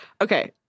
Okay